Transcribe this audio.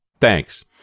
Thanks